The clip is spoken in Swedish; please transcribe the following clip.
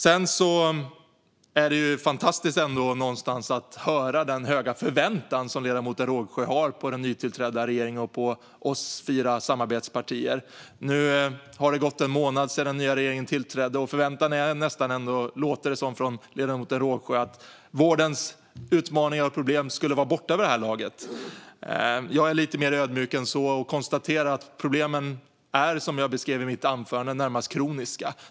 Det är ändå någonstans fantastiskt att höra de höga förväntningar som ledamoten Rågsjö har på den nytillträdda regeringen och på oss fyra samarbetspartier! Nu har det gått en månad sedan den nya regeringen tillträdde, och det låter på ledamoten Rågsjö som att vårdens utmaningar och problem borde vara borta vid det här laget. Jag är lite mer ödmjuk än så och konstaterar att problemen är, som jag beskrev i mitt anförande, närmast kroniska.